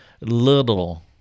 little